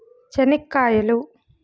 చెనిక్కాయలు